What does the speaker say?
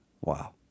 Wow